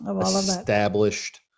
established